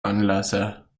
anlasser